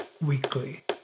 Weekly